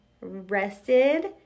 rested